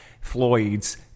Floyd's